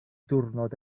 diwrnod